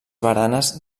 baranes